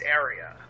area